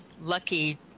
lucky